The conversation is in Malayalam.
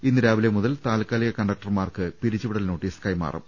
ഇന്നുരാവിലെ മുതൽ താൽക്കാലിക കണ്ടക്ടർമാർക്ക് പിരിച്ചുവിടൽ നോട്ടീസ് കൈമാറും